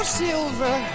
silver